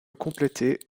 complétée